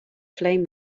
flame